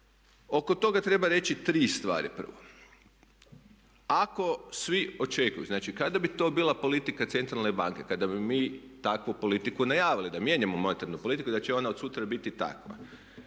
Oko toga treba reći tri stvari prvo. Ako svi očekuju, znači kada bi to bila politika centralne banke, kada bi mi takvu politiku najavili da mijenjamo monetarnu politiku i da će ona od sutra biti takva,